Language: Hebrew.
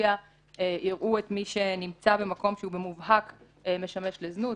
לפיה יראו את מי שנמצא במקום שהוא במובהק משמש לזנות,